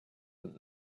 und